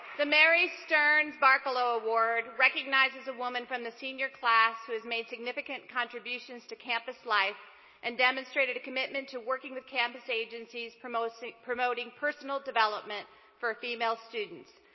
the mary stearns barkalow award recognizes a woman from the senior class who has made significant contributions to campus life and demonstrated a commitment to working with campus agencies, promoting promoting personal development for female students.